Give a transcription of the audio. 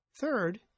Third